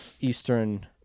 Eastern